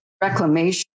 reclamation